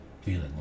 feeling